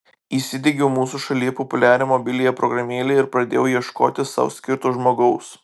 įsidiegiau mūsų šalyje populiarią mobiliąją programėlę ir pradėjau ieškoti sau skirto žmogaus